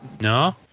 No